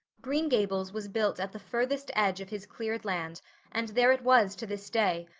green gables was built at the furthest edge of his cleared land and there it was to this day,